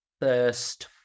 first